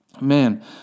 man